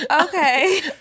Okay